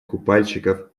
купальщиков